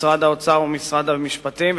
משרד האוצר ומשרד המשפטים,